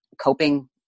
coping